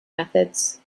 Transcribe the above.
methods